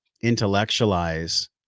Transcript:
intellectualize